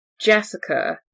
Jessica